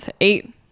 eight